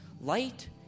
Light